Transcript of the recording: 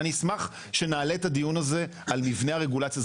אני אשמח שנעלה את הדיון הזה על מבנה הרגולציה.